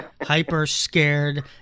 hyper-scared